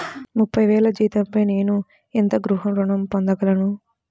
ముప్పై వేల జీతంపై నేను ఎంత గృహ ఋణం పొందగలను?